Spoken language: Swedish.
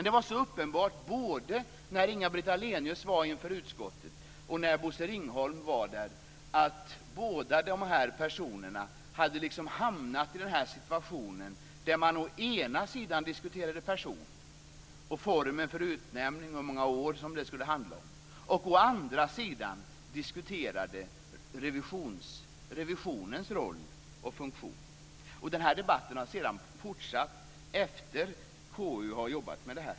Det var så uppenbart både när Ringholm var där att båda de här personerna hade hamnat i en situation där man å ena sidan diskuterade person och formen för utnämning, och hur många år det skulle handla om, å andra sidan diskuterade revisionens roll och funktion. Debatten har sedan fortsatt efter det att KU jobbade med detta.